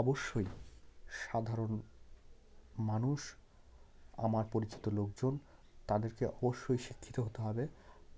অবশ্যই সাধারণ মানুষ আমার পরিচিত লোকজন তাদেরকে অবশ্যই শিক্ষিত হতে হবে